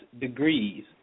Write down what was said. degrees